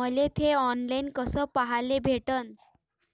मले थे ऑनलाईन कस पाह्याले भेटन?